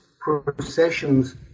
processions